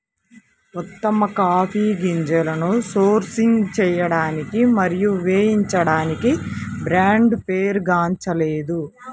ఉత్తమ కాఫీ గింజలను సోర్సింగ్ చేయడానికి మరియు వేయించడానికి బ్రాండ్ పేరుగాంచలేదు